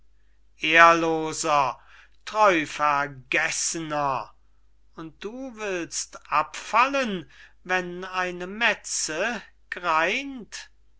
ehrloser treuvergeßner und du willst abfallen wenn eine metze greint